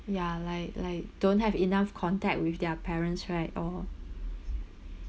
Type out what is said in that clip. ya like like don't have enough contact with their parents right or